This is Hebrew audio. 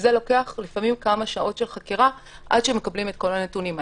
וזה לוקח לפעמים כמה שעות של חקירה עד שמקבלים את כל הנתונים האלה.